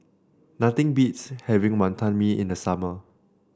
nothing beats having Wonton Mee in the summer